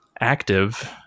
active